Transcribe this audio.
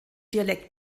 dialekt